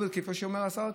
כמו שאומר השר כץ,